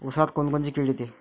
ऊसात कोनकोनची किड येते?